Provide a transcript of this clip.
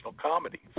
comedy